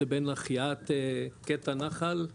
לבין החייאת קטע נחל,